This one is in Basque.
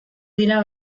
dira